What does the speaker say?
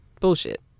bullshit